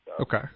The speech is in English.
Okay